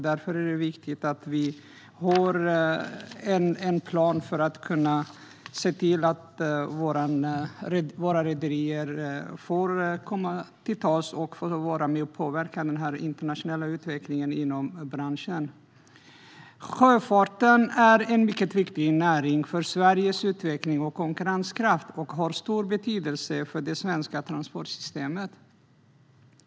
Därför är det viktigt att vi har en plan för att kunna se till att våra rederier får komma till tals och får vara med och påverka den internationella utvecklingen inom branschen. Sjöfarten är en mycket viktig näring för Sveriges utveckling och konkurrenskraft och har stor betydelse för det svenska transportsystemet.